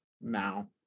now